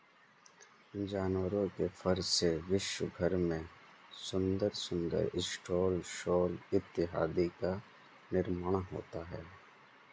जानवरों के फर से विश्व भर में सुंदर सुंदर स्टॉल शॉल इत्यादि का निर्माण होता है